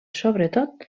sobretot